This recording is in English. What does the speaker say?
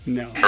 no